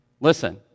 Listen